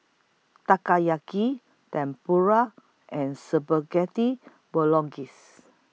Takoyaki Tempura and Spaghetti Bolognese